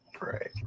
Right